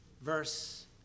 verse